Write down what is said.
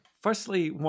Firstly